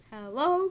Hello